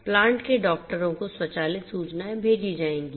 plant के डॉक्टरों को स्वचालित सूचनाएं भेजी जाएंगी